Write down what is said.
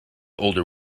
older